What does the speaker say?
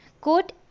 quote